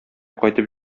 кайтып